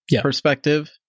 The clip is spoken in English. perspective